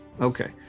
Okay